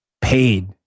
paid